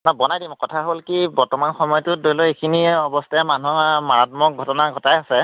বনাই দিম কথা হ'ল কি বৰ্তমান সময়টোত এইখিনি অৱস্থাই মানুহক আৰু মাৰাত্মক ঘটনা ঘটাই আছে